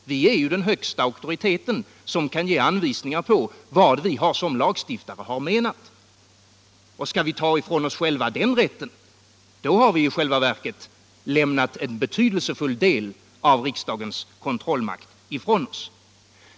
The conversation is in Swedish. Vi är den högsta auktoriteten och kan ge anvisningar om vad vi som lagstiftare har menat. Tar vi ifrån oss själva den rätten, frånhänder vi oss i själva verket en betydelsefull del av riksdagens kontrollmakt.